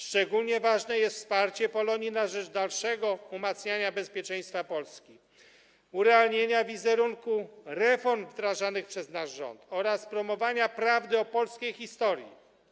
Szczególnie ważne jest wsparcie Polonii na rzecz dalszego umacniania bezpieczeństwa Polski, urealnienia wizerunku reform wdrażanych przez nasz rząd oraz promowania prawdy o polskiej historii.